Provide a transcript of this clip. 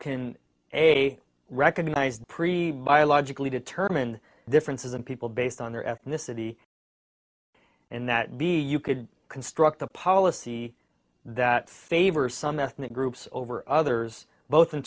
a recognized pre biologically determine differences in people based on their ethnicity and that be you could construct a policy that favors some ethnic groups over others both in